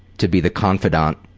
to be the confidant?